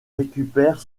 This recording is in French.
récupère